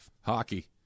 Hockey